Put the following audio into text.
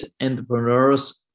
entrepreneurs